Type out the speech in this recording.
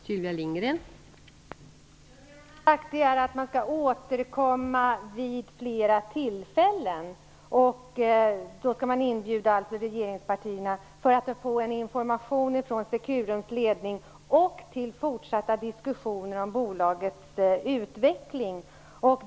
Fru talman! Man har sagt att man skall återkomma vid flera tillfällen. Då skall man inbjuda de förutvarande regeringspartierna till information från Securums ledning och till fortsatta diskussioner om bolagets utveckling.